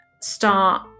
start